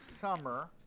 summer